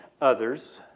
others